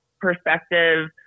perspective